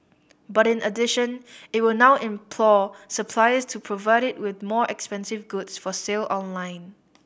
but in addition it will now implore suppliers to provide it with more expensive goods for sale online